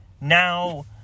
now